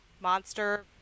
Monster